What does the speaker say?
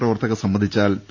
പ്രവർത്തക സമ്മതിച്ചാൽ പി